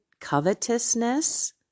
covetousness